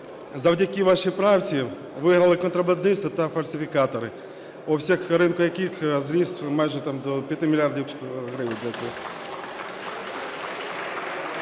завдяки вашій правці, виграли контрабандисти та фальсифікатори, обсяг ринку яких зріс майже до 5 мільярдів гривень.